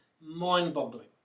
mind-boggling